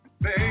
baby